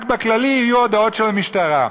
רק בכללי יהיו הודעות של המשטרה.